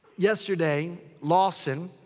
yesterday, lawson,